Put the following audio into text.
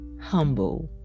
humble